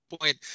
point